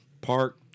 Park